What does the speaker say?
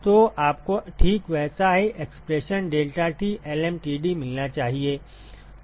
तो आपको ठीक वैसा ही एक्सप्रेशन deltaT lmtd मिलना चाहिए